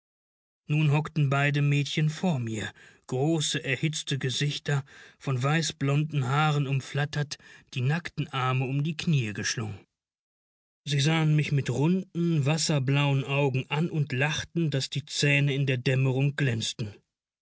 nun hockten beide mädchen vor mir große erhitzte gesichter von weißblonden haaren umflattert die nackten arme um die knie geschlungen sie sahen mich mit runden wasserblauen augen an und lachten daß die zähne in der dämmerung glänzten